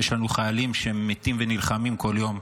יש לנו חיילים שמתים ונלחמים כל יום.